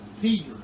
Peter